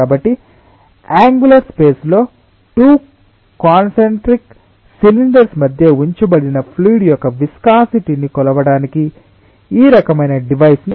కాబట్టి annular space లో 2 concentric cylinders మధ్య ఉంచబడిన ఫ్లూయిడ్ యొక్క విస్కాసిటి ని కొలవడానికి ఈ రకమైన డివైస్ ని ఉపయోగించవచ్చు